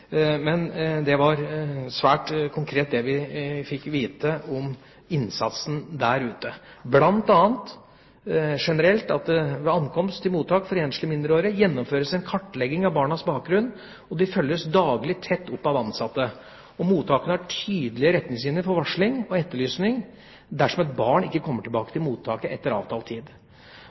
Men det var svært konkret det vi fikk vite om innsatsen der ute, bl.a. at det ved ankomst til mottak for enslige mindreårige gjennomføres en kartlegging av barnas bakgrunn, og de følges daglig tett opp av ansatte. Mottakene har tydelige retningslinjer for varsling og etterlysning dersom et barn ikke kommer tilbake til mottaket etter